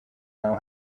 know